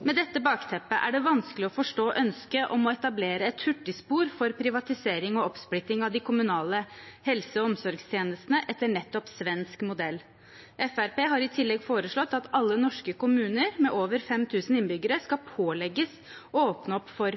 Med dette som bakteppe er det vanskelig å forstå ønsket om å etablere et hurtigspor for privatisering og oppsplitting av de kommunale helse- og omsorgstjenestene etter nettopp svensk modell. Fremskrittspartiet har i tillegg foreslått at alle norske kommuner med over 5 000 innbyggere skal pålegges å åpne opp for